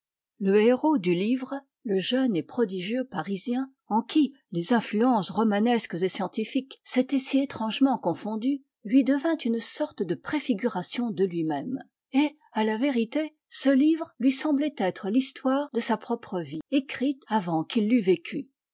le héros du livre le jeune et prodigieux parisien en qui les influences romanesques et scientifiques s'étaient si étrangement confondues lui devint une sorte de préfiguration de lui-même et à la vérité ce livre lui semblait être l'histoire de sa propre vie écrite avant qu'il l'eût vécue